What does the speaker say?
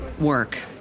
work